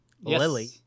Lily